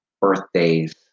birthdays